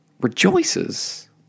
rejoices